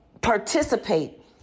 participate